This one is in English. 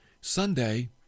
Sunday